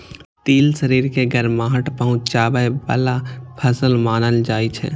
तिल शरीर के गरमाहट पहुंचाबै बला फसल मानल जाइ छै